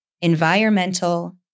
environmental